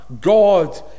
God